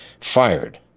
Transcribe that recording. fired